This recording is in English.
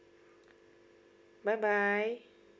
bye bye